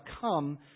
come